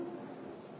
આવશે